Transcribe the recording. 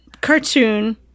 cartoon